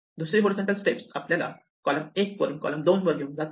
दुसरी horizontal step आपल्याला column 1 वरून कॉलम 2 वर घेऊन जाते